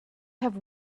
have